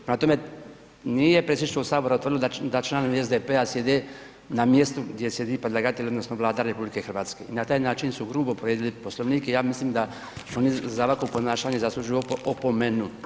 Prema tome, nije Predsjedništvo Sabora utvrdilo da članovi SDP-a sjede na mjestu gdje sjedi predlagatelj odnosno Vlada RH i na taj način su grubo povrijedili Poslovnik i ja mislim da oni za ovakvo ponašanje zaslužuju opomenu.